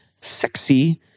sexy